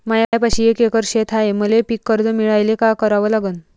मायापाशी एक एकर शेत हाये, मले पीककर्ज मिळायले काय करावं लागन?